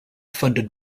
funded